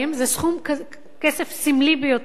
זה סכום כסף סמלי ביותר,